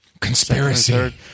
Conspiracy